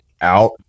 out